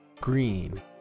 green